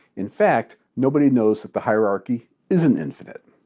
in fact, nobody knows that the hierarchy isn't infinite.